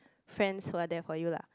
friends who are there for you lah